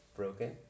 broken